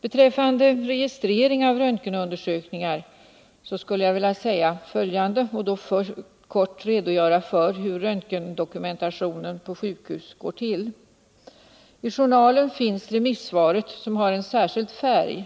Beträffande registrering av röntgenundersökningar vill jag kort redogöra för hur röntgendokumentationen på sjukhus går till. I journalen finns remissvaret som har en särskild färg